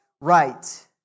right